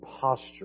posture